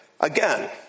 Again